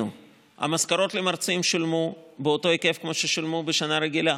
המשכורות למרצים שולמו באותו היקף ששולמו כמו ששולמו בשנה רגילה,